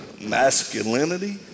masculinity